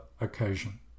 occasion